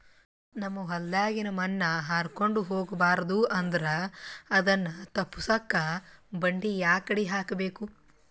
ನಮ್ ಹೊಲದಾಗಿನ ಮಣ್ ಹಾರ್ಕೊಂಡು ಹೋಗಬಾರದು ಅಂದ್ರ ಅದನ್ನ ತಪ್ಪುಸಕ್ಕ ಬಂಡಿ ಯಾಕಡಿ ಹಾಕಬೇಕು?